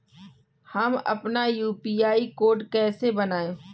हम अपना UPI code कैसे बनाएँ?